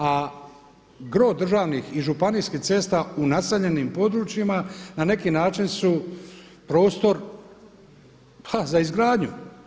A gro državnih i županijskih cesta u naseljenim područjima na neki način su prostor pa za izgradnju.